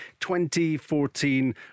2014